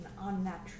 unnatural